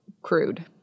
crude